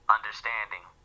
understanding